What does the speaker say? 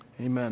Amen